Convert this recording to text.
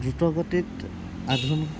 দ্ৰুত গতিত আধুনিক